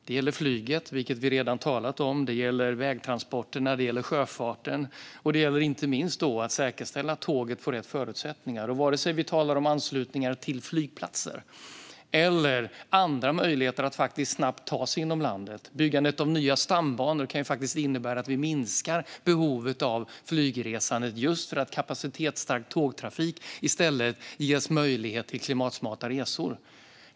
Det gäller flyget, vilket vi redan talat om. Det gäller vägtransporterna, det gäller sjöfarten och det gäller inte minst att säkerställa att tåget får rätt förutsättningar. Vare sig vi talar om anslutningar till flygplatser eller om andra möjligheter att snabbt ta sig fram inom landet kan byggandet av nya stambanor faktiskt innebära att vi minskar behovet av flygresande just för att kapacitetsstark tågtrafik i stället ger möjlighet till klimatsmarta resor.